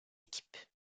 équipe